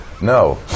No